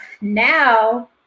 now